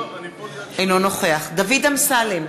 אינו נוכח דוד אמסלם,